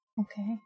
Okay